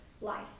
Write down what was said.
life